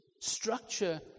structure